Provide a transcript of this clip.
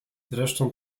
zresztą